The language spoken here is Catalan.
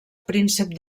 príncep